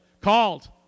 called